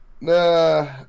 Nah